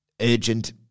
urgent